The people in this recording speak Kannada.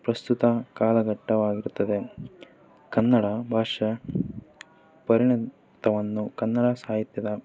ಪ್ರಸ್ತುತ ಕಾಲಘಟ್ಟವಾಗಿರುತ್ತದೆ ಕನ್ನಡ ಭಾಷಾ ಪರಿಣಿತವನ್ನು ಕನ್ನಡ ಸಾಹಿತ್ಯದ